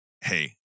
hey